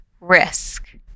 risk